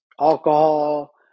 alcohol